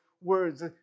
words